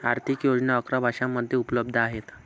आर्थिक योजना अकरा भाषांमध्ये उपलब्ध आहेत